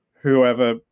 whoever